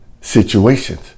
situations